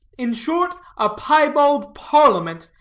in short, a piebald parliament,